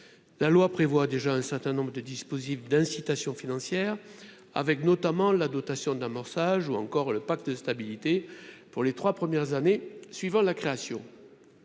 la loi prévoit déjà un certain nombre de dispositifs d'incitation financière, avec notamment la dotation d'amorçage ou encore le pacte de stabilité pour les 3 premières années suivant la création,